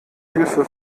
hilfe